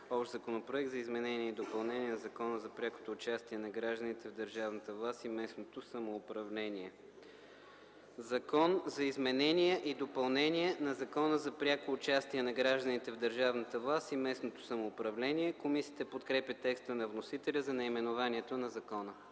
общ Законопроект за изменение и допълнение на Закона за прякото участие на гражданите в държавната власт и местното самоуправление. „Закон за изменение и допълнение на Закона за пряко участие на гражданите в държавната власт и местното самоуправление”. Комисията подкрепя текста на вносителя за наименованието на закона.